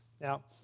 Now